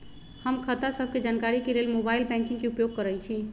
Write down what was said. हम खता सभके जानकारी के लेल मोबाइल बैंकिंग के उपयोग करइछी